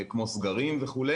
כמו סגרים וכו',